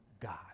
God